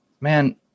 Man